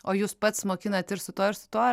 o jūs pats mokinate ir su tuo ir su tuo